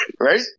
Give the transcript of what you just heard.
Right